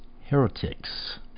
heretics